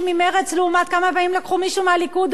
ממרצ לעומת כמה פעמים לקחו מישהו מהליכוד,